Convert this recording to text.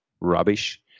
rubbish